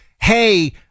hey